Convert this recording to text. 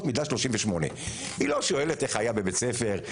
במידה 38. היא לא שואלת איך היה בבית ספר,